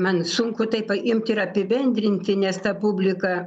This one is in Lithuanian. man sunku taip paimti ir apibendrinti nes ta publika